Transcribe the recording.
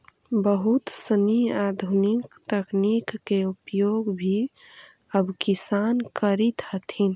बहुत सनी आधुनिक तकनीक के उपयोग भी अब किसान करित हथिन